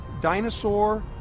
dinosaur